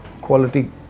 quality